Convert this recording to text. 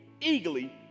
eagerly